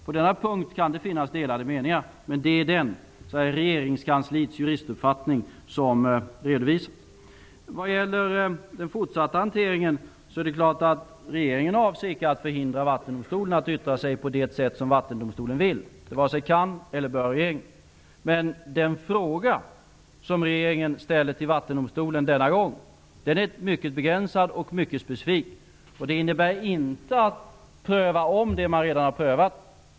På denna punkt kan det finnas delade meningar. Men det är den meningen, som är regeringskansliets juristuppfattning, som redovisas. Vad gäller den fortsatta hanteringen är det klart att regeringen icke avser att förhindra Vattendomstolen att yttra sig på det sätt som Vattendomstolen vill. Det varken kan eller bör regeringen göra. Men den fråga som regeringen ställer till Vattendomstolen denna gång är mycket begränsad och mycket specifik. Den innebär inte att man skall ompröva det man redan har prövat.